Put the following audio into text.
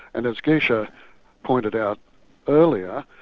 and as geesche ah pointed out earlier,